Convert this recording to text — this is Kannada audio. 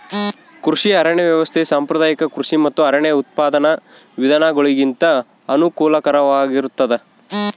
ಕೃಷಿ ಅರಣ್ಯ ವ್ಯವಸ್ಥೆ ಸಾಂಪ್ರದಾಯಿಕ ಕೃಷಿ ಮತ್ತು ಅರಣ್ಯ ಉತ್ಪಾದನಾ ವಿಧಾನಗುಳಿಗಿಂತ ಅನುಕೂಲಕರವಾಗಿರುತ್ತದ